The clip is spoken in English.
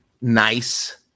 nice